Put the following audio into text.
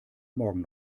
morgen